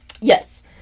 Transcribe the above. Yes